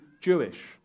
Jewish